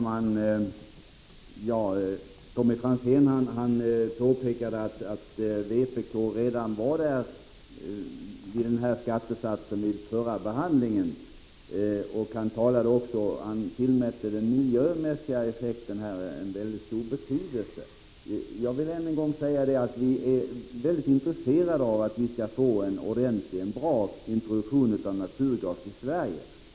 Herr talman! Tommy Franzén påpekade att vpk föreslog denna skattesats redan vid förra behandlingen. Han tillmätte också den miljömässiga effekten stor betydelse. Jag vill än en gång påpeka att vi är mycket intresserade av att få en bra introduktion av naturgas i Sverige.